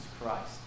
Christ